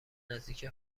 نزدیک